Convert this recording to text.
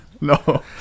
no